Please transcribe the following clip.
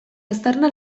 aztarna